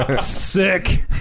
sick